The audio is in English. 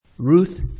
Ruth